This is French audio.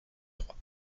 trois